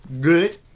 good